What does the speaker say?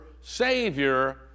Savior